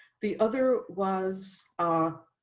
the other was our